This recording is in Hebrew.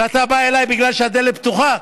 ואתה בא אליי בגלל שהדלת פתוחה.